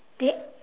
they